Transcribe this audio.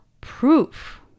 proof